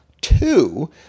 Two